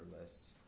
lists